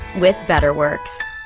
with betterworks.